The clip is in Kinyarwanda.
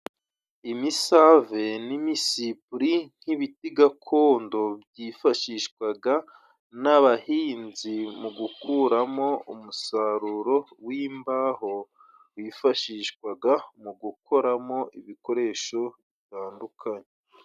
Imisave n'imisipuri nk'ibiti gakondo byifashishwaga n'abahinzi mu gukuramo umusaruro w'imbaho wifashishwaga mu gu gukoramo ibikoresho bitandukanye.